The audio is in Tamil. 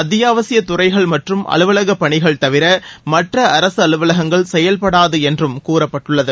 அத்தியாவசிய துறைகள் மற்றும் அலுவலகப் பணிகள் தவிர மற்ற அரசு அலுவலகங்கள் செயல்படாது என்றும் கூறப்பட்டுள்ளது